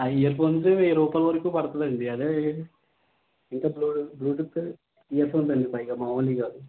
ఆ ఇయర్ఫోన్సే వెయ్యి రూపాయలు వరకు పడుతుంది అండి అదే ఇంకా బ్లూ బ్లూటూత్ ఇయర్ఫోన్స్ అండి పైగా మామూలివికాదు